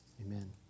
amen